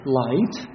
light